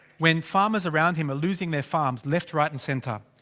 when farmers around him are losing their farms, left right and centre.